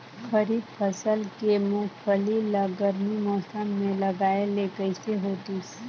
खरीफ फसल के मुंगफली ला गरमी मौसम मे लगाय ले कइसे होतिस?